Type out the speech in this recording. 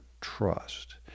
trust